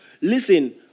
listen